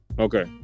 Okay